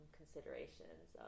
considerations